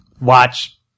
watch